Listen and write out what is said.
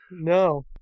no